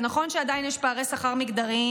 זה נכון שעדיין יש פערי שכר מגדריים,